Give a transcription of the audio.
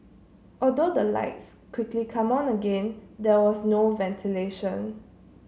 although the lights quickly come on again there was no ventilation